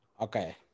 okay